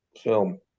film